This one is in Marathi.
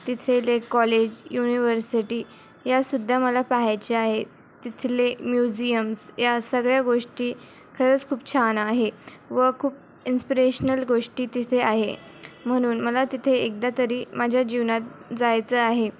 तिथले कॉलेज युनिवर्सिटी या सुद्धा मला पहायच्या आहे तिथले म्युझियम्स या सगळ्या गोष्टी खरंच खूप छान आहे व खूप इंस्प्रिरेशनल गोष्टी तिथे आहे म्हणून मला तिथे एकदा तरी माझ्या जीवनात जायचं आहे